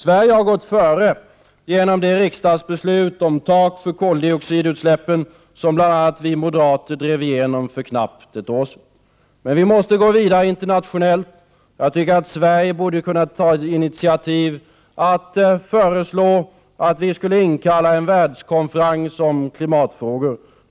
Sverige har gått före genom det riksdagsbeslut om tak för koldioxidutsläppen som bl.a. vi moderater drev igenom för knappt ett år sedan. Men vi måste gå vidare internationellt. Jag tycker att Sverige borde kunna ta initiativ och föreslå att det inkallades en världskonferens om klimatfrågorna.